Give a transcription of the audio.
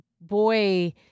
boy